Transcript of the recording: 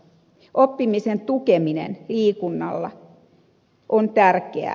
oppimisen tukeminen liikunnalla on tärkeää